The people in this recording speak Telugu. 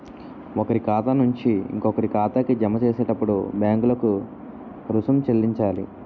ఒకరి ఖాతా నుంచి ఇంకొకరి ఖాతాకి జమ చేసేటప్పుడు బ్యాంకులకు రుసుం చెల్లించాలి